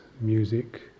music